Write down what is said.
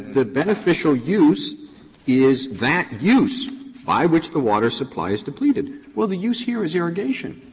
the beneficial use is that use by which the water supply is depleted. well, the use here is irrigation.